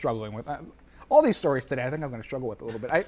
struggling with all these stories that i think i want to struggle with a little bit